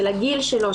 של הגיל שלו,